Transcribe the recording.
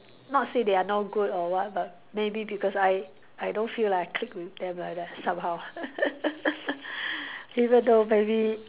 not say they are not good or what but maybe because I I don't feel like I click with them like that somehow even though maybe